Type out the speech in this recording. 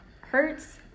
hurts